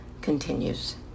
continues